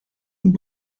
und